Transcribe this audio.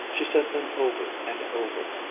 she said them over and over,